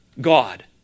God